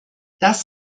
das